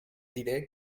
diré